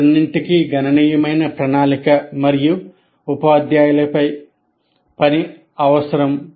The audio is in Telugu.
వీటన్నింటికీ గణనీయమైన ప్రణాళిక మరియు ఉపాధ్యాయులపై పని అవసరం